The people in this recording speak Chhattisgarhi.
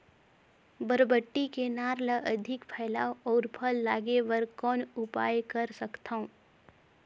बरबट्टी के नार ल अधिक फैलाय अउ फल लागे बर कौन उपाय कर सकथव?